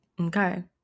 Okay